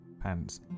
pants